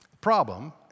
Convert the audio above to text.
Problem